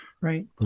Right